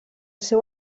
seu